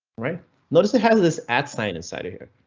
right notice it has this at sign inside of here,